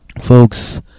Folks